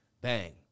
Bang